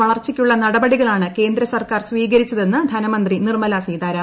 വളർച്ചയ്ക്കുള്ള നടപടികളാണ് ക്രെന്ദ്രസർക്കാർ സ്വീകരിച്ചതെന്ന് ധനമന്ത്രി നിർമ്മല്ലാ സീതാരാമൻ